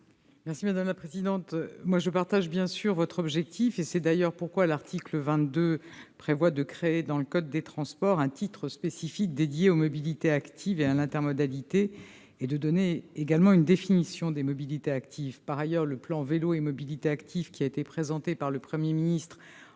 l'avis du Gouvernement ? Je partage bien sûr votre objectif, monsieur Gontard. C'est d'ailleurs pourquoi l'article 22 prévoit de créer dans le code des transports un titre spécifique dédié aux mobilités actives et à l'intermodalité. Il s'agit également de donner une définition des mobilités actives. Par ailleurs, le plan Vélo et mobilités actives, qui a été présenté par le Premier ministre